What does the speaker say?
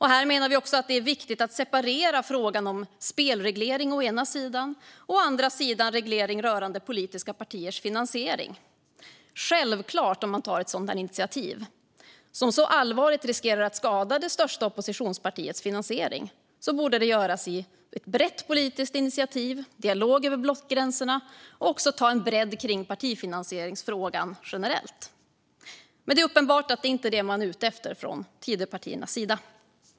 Här menar vi också att det är viktigt att separera frågan om spelreglering å ena sidan och frågan om reglering rörande politiska partiers finansiering å andra sidan. Om man tar ett sådant här initiativ som så allvarligt riskerar att skada det största oppositionspartiets finansiering borde det självklart göras i ett brett politiskt initiativ, med dialog över blockgränserna och också med en bredd kring partifinansieringsfrågan generellt. Men det är uppenbart att det inte är detta man är ute efter från Tidöpartiernas sida.